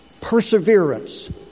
perseverance